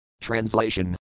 Translation